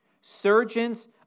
Surgeons